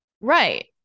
Right